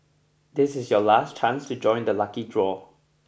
this is your last chance to join the lucky draw